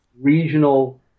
regional